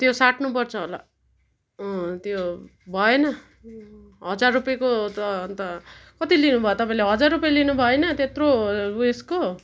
त्यो साट्नु पर्छ होला त्यो भएन हजार रुपियाँको त अन्त कति लिनुभयो तपाईँले हजार रुपियाँ लिनुभयो होइन त्यत्रो उयसको